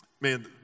man